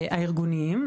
הארגוניים.